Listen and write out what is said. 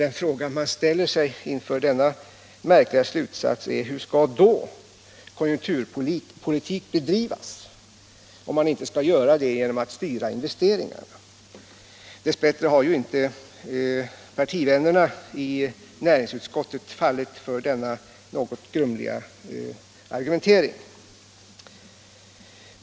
Den fråga jag ställer mig inför denna märkliga slutsats är: Hur skall då konjunkturpolitik bedrivas om man inte skall göra det genom att styra investeringarna? Dess bättre har inte partivännerna i näringsutskottet fallit för denna något grumliga argumentering.